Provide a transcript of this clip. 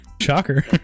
shocker